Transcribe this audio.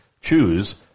Choose